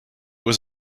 was